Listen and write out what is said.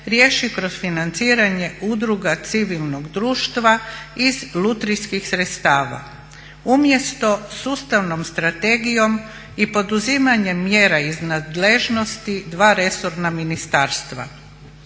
riješi kroz financiranje udruga civilnog društva iz lutrijskih sredstava umjesto sustavnom strategijom i poduzimanjem mjera iz nadležnosti dva resorna ministarstva.